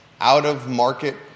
out-of-market